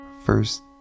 First